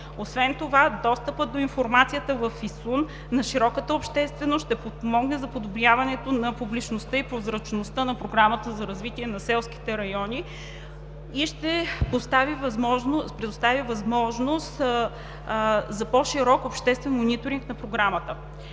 Освен това, достъпът до информацията в ИСУН на широката общественост ще спомогне за подобряване на публичността и прозрачността на Програмата за развитие на селските райони и ще предостави възможност за по-широк обществен мониторинг на Програмата“.